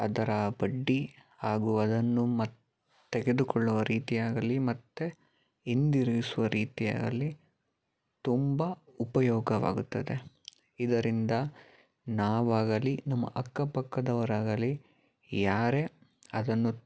ಅದರ ಬಡ್ಡಿ ಹಾಗೂ ಅದನ್ನು ಮತ್ತು ತೆಗೆದುಕೊಳ್ಳುವ ರೀತಿ ಆಗಲಿ ಮತ್ತು ಹಿಂದಿರುಗಿಸುವ ರೀತಿಯಾಗಲಿ ತುಂಬ ಉಪಯೋಗವಾಗುತ್ತದೆ ಇದರಿಂದ ನಾವಾಗಲಿ ನಮ್ಮ ಅಕ್ಕಪಕ್ಕದವರಾಗಲಿ ಯಾರೇ ಅದನ್ನು